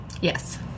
Yes